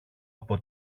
από